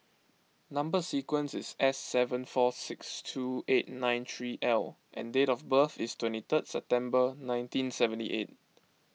Number Sequence is S seven four six two eight nine three L and date of birth is twenty third September nineteen seventy eight